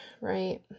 right